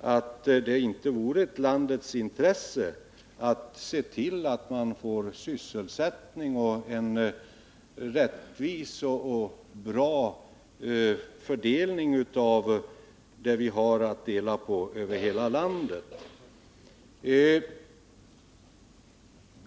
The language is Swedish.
att det inte vore i landets intresse att se till att vi får sysselsättning och en rättvis och bra fördelning över hela riket av det vi har att dela på.